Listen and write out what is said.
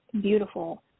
beautiful